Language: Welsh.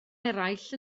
eraill